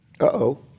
Uh-oh